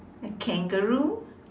a kangaroo